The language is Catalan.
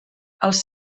els